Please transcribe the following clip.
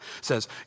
says